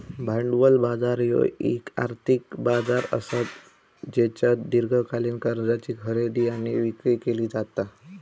भांडवल बाजार ह्यो येक आर्थिक बाजार असा ज्येच्यात दीर्घकालीन कर्जाची खरेदी आणि विक्री केली जाता